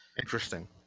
Interesting